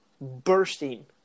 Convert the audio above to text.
bursting